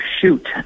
shoot